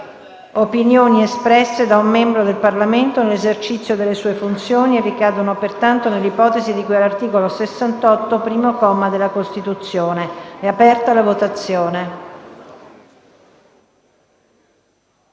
opinioni espresse da un membro del Parlamento nell'esercizio delle sue funzioni e ricadono pertanto nell'ipotesi di cui all'articolo 68, primo comma, della Costituzione. *(Segue la votazione).*